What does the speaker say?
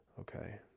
Okay